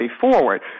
forward